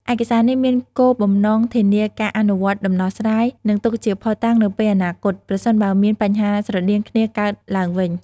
ឯកសារនេះមានគោលបំណងធានាការអនុវត្តដំណោះស្រាយ និងទុកជាភស្តុតាងនៅពេលអនាគត ប្រសិនបើមានបញ្ហាស្រដៀងគ្នាកើតឡើងវិញ។